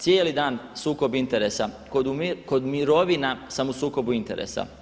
Cijeli dan sukob interesa, kod mirovina sam u sukobu interesa.